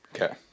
Okay